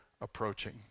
approaching